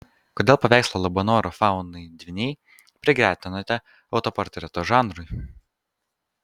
kodėl paveikslą labanoro faunai dvyniai prigretinote autoportreto žanrui